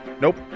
Nope